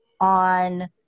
on